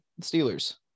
Steelers